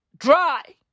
Dry